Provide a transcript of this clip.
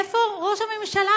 איפה ראש הממשלה,